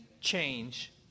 change